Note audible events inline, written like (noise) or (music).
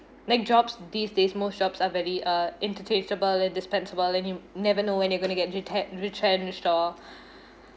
like jobs these days most shops are very uh interchangeable and dispensable and you never know when they going to get retre~ retrenched or (breath)